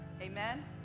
Amen